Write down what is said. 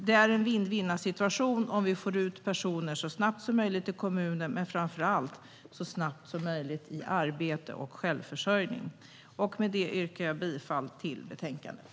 Det är en vinn-vinnsituation om vi så snabbt som möjligt får ut personerna i kommunerna men framför allt om vi så snabbt som möjligt får dem i arbete och självförsörjning. Med det yrkar jag bifall till utskottets förslag i betänkandet.